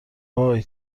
وای